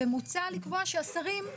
ומוצע לקבוע שהשרים,